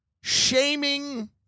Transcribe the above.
shaming